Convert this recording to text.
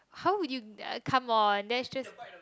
how would you come on that's just